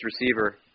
receiver